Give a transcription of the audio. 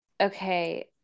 okay